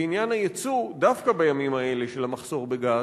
בעניין הייצוא: דווקא בימים האלה של המחסור בגז,